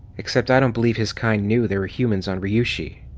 except i don't believe his kind knew there were humans on ryushi.